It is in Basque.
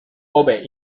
hobe